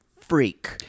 freak